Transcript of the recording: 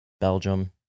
belgium